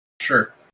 Sure